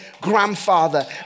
grandfather